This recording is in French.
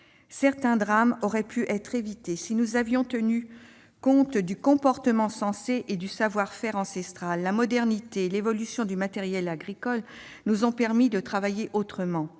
Certains drames auraient pu être évités si nous avions pris en considération le comportement sensé et le savoir de nos ancêtres. La modernité, l'évolution du matériel agricole nous ont permis de travailler autrement.